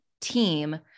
team